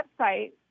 website